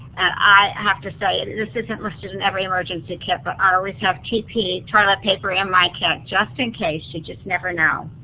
and i have to say, this isn't listed in every emergency kit, but i always have tp, toilet paper, in my kit, just in case. you just never know.